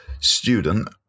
student